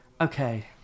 Okay